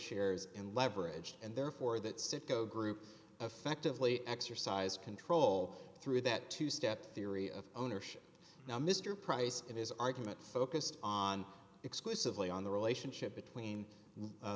shares in leverage and therefore that citgo group effectively exercise control through that two step theory of ownership now mr price and his argument focused on exclusively on the relationship between